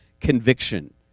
conviction